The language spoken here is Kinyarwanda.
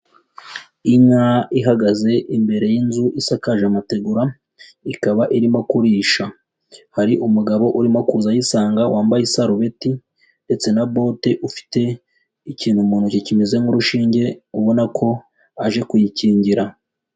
Inka ihagaze imbere y'inzu isakaje amategura, ikaba irimo kurisha hari umugabo urimo kuza ayisanga wambaye isarubeti ndetse na bote ufite ikintu muntoki kimeze nk'urushinge ubona ko aje kuyikingira.